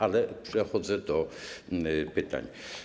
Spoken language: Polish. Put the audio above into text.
Ale przechodzę do pytań.